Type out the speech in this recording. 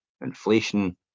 inflation